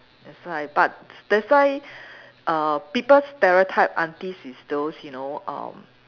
that's why but that's why uh people stereotype aunties is those you know uh